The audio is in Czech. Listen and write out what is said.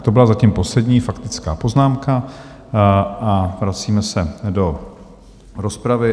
To byla zatím poslední faktická poznámka a vracíme se do rozpravy.